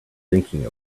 thinking